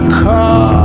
car